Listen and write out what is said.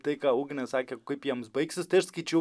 tai ką ugnė sakė kaip jiems baigsis taip skaičiau